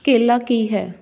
ਕੇਲਾ ਕੀ ਹੈ